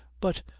but,